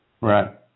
Right